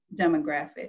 demographic